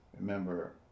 Remember